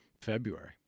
February